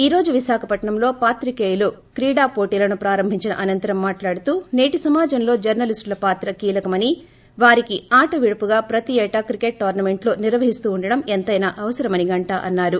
ఈ రోజు విశాఖపట్నంలో పాత్రికేయుల క్రీడా పోటీలను ప్రారంభించిన అనంతరం మాట్లాడుతూ నేటి సమాజంలో జర్చ లీస్టుల పాత్ర కీలకమని వారికి ఆటవిడుపుగా ప్రతీఏటా క్రికెట్ టోర్పమెంట్లు నిర్వహిస్తుండం ఎంతైనా అవసరమని గంటా అన్నారు